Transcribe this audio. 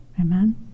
Amen